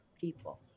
people